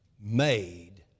made